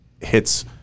hits